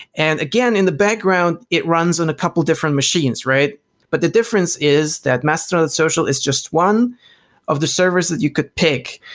and again, in the background, it runs on a couple of different machines, but the difference is that mastodon social is just one of the servers that you could pick.